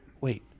wait